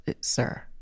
sir